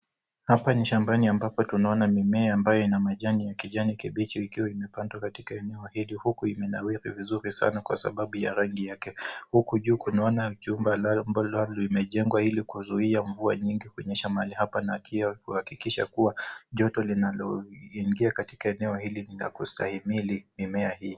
Hapa ni shambani ambapo tunaona mimea ambayo yana majani ya kijani kibichi ikiwa imepandwa katika eneo hili huku imenawiri vizuri sana na kwa sababu ya rangi yake. Huku juu tunaona jumba limejengwa ili kuwazuia mvua nyingi kunyesha mahali hapa na kuhakikisha kuwa joto linaloingia katika eneo hili ni la kustahimili mimea hii.